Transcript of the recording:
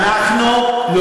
לא.